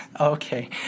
Okay